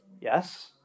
Yes